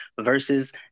versus